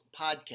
podcast